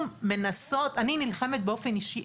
אני נלחמת, באופן אישי.